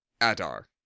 adar